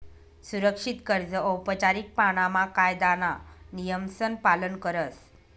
सुरक्षित कर्ज औपचारीक पाणामा कायदाना नियमसन पालन करस